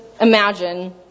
imagine